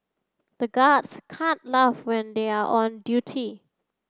the guards can't laugh when they are on duty